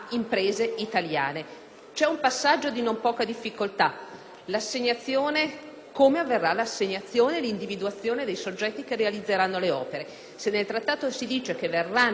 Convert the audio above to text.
come avverrà l'assegnazione e l'individuazione dei soggetti che realizzeranno le opere. Se nel trattato si dice che verranno affidate ad imprese italiane - e la cosa è di grande interesse: la